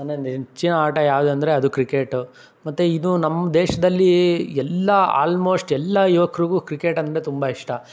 ನನ್ನ ನೆಚ್ಚಿನ ಆಟ ಯಾವುದಂದ್ರೆ ಅದು ಕ್ರಿಕೆಟು ಮತ್ತು ಇದು ನಮ್ಮ ದೇಶದಲ್ಲಿ ಎಲ್ಲ ಆಲ್ಮೋಸ್ಟ್ ಎಲ್ಲ ಯುವಕರಿಗೂ ಕ್ರಿಕೆಟ್ ಅಂದರೆ ತುಂಬ ಇಷ್ಟ